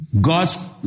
God's